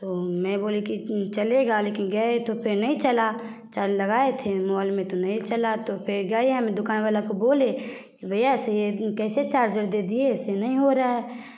तो मैं बोली कि चलेगा लेकिन गए तो फिर नहीं चला चार्ज लगाए थे मॉल में तो नही चला तो फिर गए हम दुकान वाला को बोले भैया से ये कैसे चार्जर दे दिए इससे नहीं हो रहा है